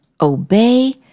obey